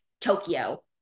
Tokyo